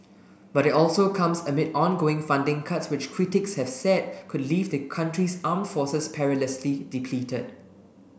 but it also comes amid ongoing funding cuts which critics have said could leave the country's arm forces perilously depleted